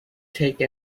take